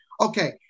okay